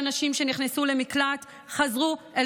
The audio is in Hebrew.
15% מכלל הנשים שנכנסו למקלט חזרו אל